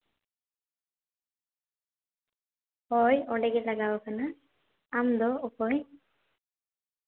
ᱦᱳᱭ ᱚᱸᱰᱮ ᱜᱮ ᱞᱟᱜᱟᱣ ᱠᱟᱱᱟ ᱟᱢ ᱫᱚ ᱚᱠᱚᱭ